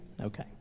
okay